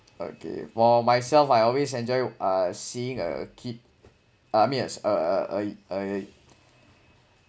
okay for myself I always enjoy uh seeing a kid I mean as uh uh a